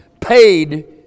paid